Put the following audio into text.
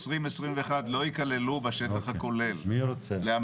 לא יכללו בשטח הכולל להמרה.